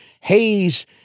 Hayes